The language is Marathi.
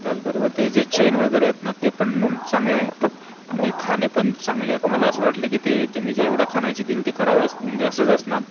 त्याचबरोबर ते जे चेन वगैरे आहेत ना ते पण चांगले आहेत आणि खाणे पण चांगले आहेत मला असं वाटले की ते तुम्ही जे एवढ्या खाण्याची दिली ते खराब असं म्हणजे असंच असणार